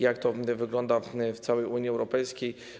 Jak to wygląda w całej Unii Europejskiej.